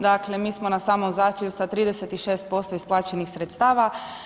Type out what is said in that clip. Dakle, mi smo na samom začelju sa 36% isplaćenih sredstava.